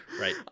right